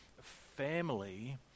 family